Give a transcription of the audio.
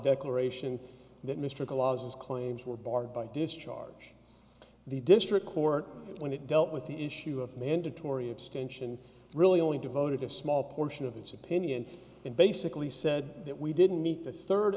declaration that mr claus's claims were barred by discharge the district court when it dealt with the issue of mandatory extension really only devoted a small portion of its opinion and basically said that we didn't meet the third